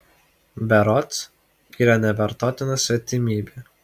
berods yra nevartotina svetimybė